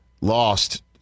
lost